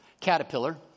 Caterpillar